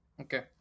Okay